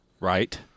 Right